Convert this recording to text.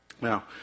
Now